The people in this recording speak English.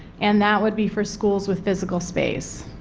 and that would be four schools with physical space.